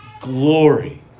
glory